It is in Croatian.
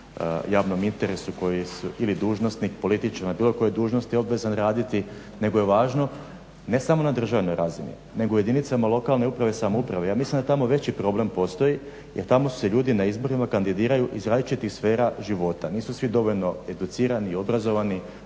javnom interesu koji ili dužnosnik, političar na bilo kojoj dužnosti obvezan raditi, nego je važno ne samo na državnoj razini, nego i u jedinicama lokalne uprave i samouprave. Ja mislim da tamo veći problem postoji, jer tamo su se ljudi na izborima kandidiraju iz različitih sfera života. Nisu svi dovoljno educirani i obrazovani